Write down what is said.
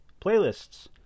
Playlists